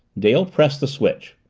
dale pressed the switch.